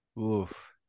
Oof